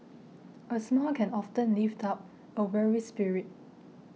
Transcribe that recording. a smile can often lift up a weary spirit